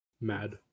Mad